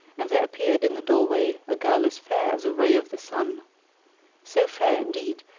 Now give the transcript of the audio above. and there appeared in the doorway a girl as fair as a ray of the sun so fair, indeed,